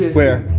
where?